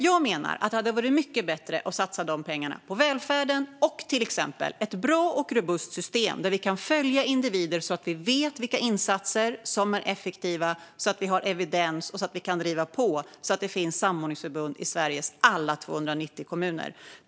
Jag menar att det hade varit mycket bättre att satsa dessa pengar på välfärden och på till exempel ett bra och robust system där vi kan följa individer så att vi vet vilka insatser som är effektiva och så att vi har evidens och kan driva på så att det finns samordningsförbund i Sveriges alla 290 kommuner.